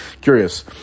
curious